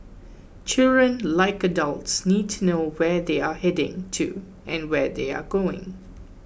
children like adults need to know where they are heading to and where they are going